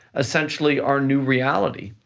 essentially, our new reality,